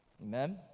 Amen